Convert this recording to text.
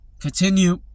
continue